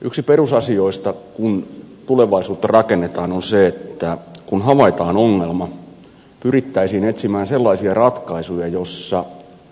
yksi perusasioista kun tulevaisuutta rakennetaan on se että kun havaitaan ongelma pyrittäisiin etsimään sellaisia ratkaisuja joissa